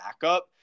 backup